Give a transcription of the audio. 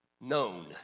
Known